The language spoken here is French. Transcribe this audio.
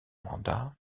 mandat